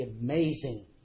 amazing